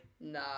nah